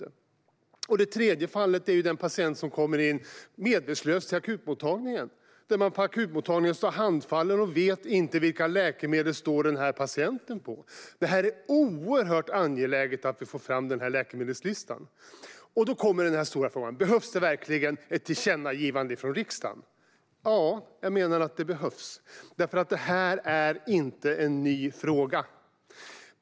Sedan finns fallet med den patient som kommer in medvetslös till akutmottagningen, och på akutmottagningen står man handfallen och vet inte vilka läkemedel som patienten står på. Det är oerhört angeläget att få fram läkemedelslistan. Då kommer den stora frågan: Behövs det verkligen ett tillkännagivande från riksdagen? Ja, jag menar att det behövs. Detta är inte en ny fråga.